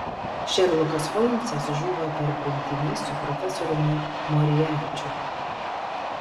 šerlokas holmsas žūva per grumtynes su profesoriumi moriarčiu